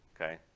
Okay